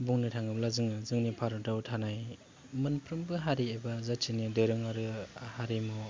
बुंनो थाङोब्ला जोङो जोंनि भारताव थानाय मोनफ्रोमबो हारि एबा जाथिनि दोरों आरो हारिमु